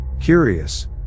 Curious